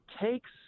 takes